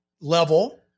level